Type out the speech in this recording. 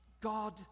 God